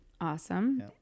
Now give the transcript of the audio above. Awesome